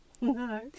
No